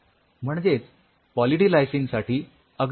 म्हणजेच poly D lysine साठी अगदी शून्य अढेरंस दिसून आला